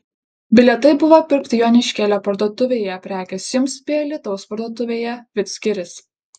bilietai buvo pirkti joniškėlio parduotuvėje prekės jums bei alytaus parduotuvėje vidzgiris